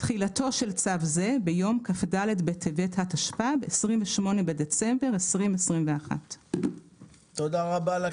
2. תחילתו של צו זה ביום כ"ד בטבת התשפ"ב (28 בדצמבר 2021). תודה רבה.